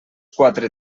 quatre